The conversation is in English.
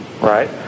right